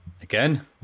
again